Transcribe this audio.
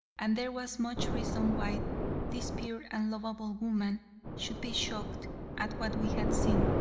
and there was much reason why this pure and lovable woman should be shocked at what we had seen,